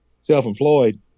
self-employed